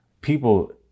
people